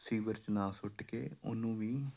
sewer 'ਚ ਨਾ ਸੁੱਟ ਕੇ ਉਹਨੂੰ ਵੀ